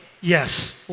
yes